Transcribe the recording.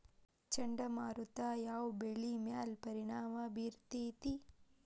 ಚಂಡಮಾರುತ ಯಾವ್ ಬೆಳಿ ಮ್ಯಾಲ್ ಪರಿಣಾಮ ಬಿರತೇತಿ?